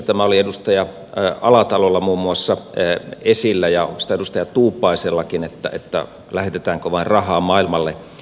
tämä oli muun muassa edustaja alatalolla esillä ja oikeastaan edustaja tuupaisellakin että lähetetäänkö vain rahaa maailmalle